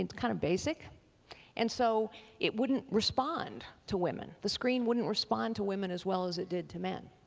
and kind of basic and so it wouldn't respond to women. the screen wouldn't respond to women as well as it did to men.